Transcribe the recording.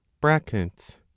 brackets